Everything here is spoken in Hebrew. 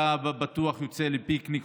אתה בטוח יוצא לפיקניק,